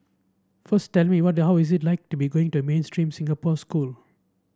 first tell me what how it is like to be going to a mainstream Singapore school